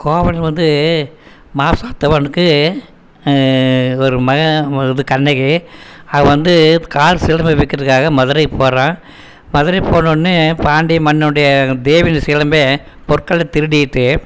கோவலன் வந்து மாசாத்துவனுக்கு ஒரு மகன் இது கண்ணகி அவள் வந்து கால்சிலம்பு விற்கிறத்துக்காக மதுரை போகிறான் மதுரை போனோன்னே பாண்டிய மன்னனுடைய தேவியினுடைய சிலம்பே பொற்கொல்லன் திருடிவிட்டு